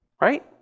Right